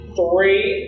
three